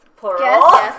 Plural